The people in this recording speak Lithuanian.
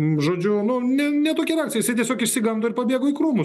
nu žudžiau nu ne ne tokia reakcija jisai tiesiog išsigando ir pabėgo į krūmus